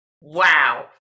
Wow